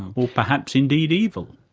or perhaps indeed evil.